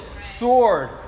sword